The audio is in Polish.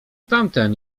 tamten